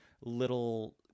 little